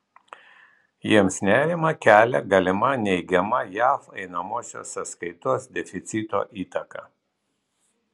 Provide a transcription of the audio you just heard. jiems nerimą kelia galima neigiama jav einamosios sąskaitos deficito įtaka